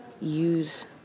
use